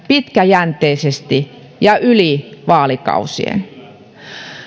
pitkäjänteisesti ja yli vaalikausien